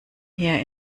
hier